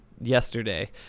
yesterday